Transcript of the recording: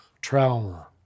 trauma